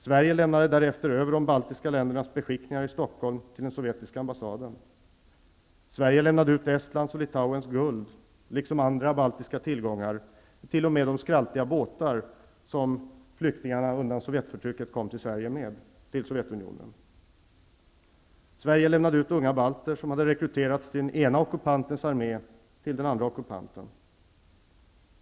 Sverige lämnade därefter över de baltiska ländernas beskickningar i Stockholm till den sovjetiska ambassaden. Sverige lämnade ut Estlands och Litauens guld, liksom andra baltiska tillgångar -- ja, t.o.m. de skraltiga båtar som flyktingarna undan sovjetförtrycket kom till Sverige med -- till Sovjetunionen. Sverige lämnade ut unga balter, som hade rekryterats till den ena ockupantens armé, till den andra ockupanten.